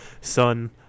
son